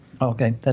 Okay